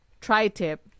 tri-tip